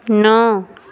نو